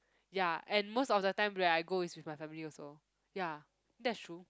ya and most of the time where I go is with my family also ya that's true